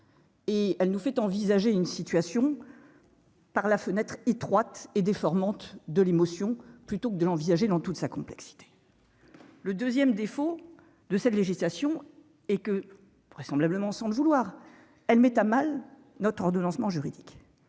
et elle nous fait envisager une situation par la fenêtre étroite et déformante de l'émotion plutôt que de l'envisager dans toute sa complexité, le 2ème défaut de cette législation et que vraisemblablement, sans vouloir, elle met à mal notre ordonnancement juridique,